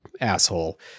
asshole